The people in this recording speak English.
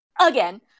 again